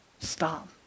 stop